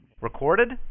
Recorded